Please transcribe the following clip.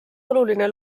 oluline